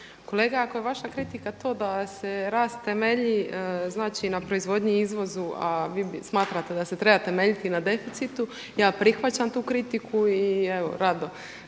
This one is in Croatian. Kolega ako je vaša kritika to da se rast temelji na proizvodnji i izvozu, a vi smatrate da se treba temeljiti na deficitu, ja prihvaćam tu kritiku i rado